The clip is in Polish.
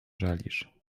żalisz